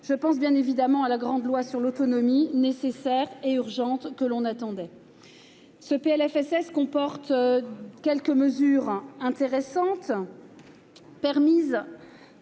Je pense, bien évidemment, à la grande loi sur l'autonomie, nécessaire et urgente, que l'on attendait. Ce PLFSS comporte toutefois quelques mesures intéressantes, permises